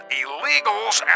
illegals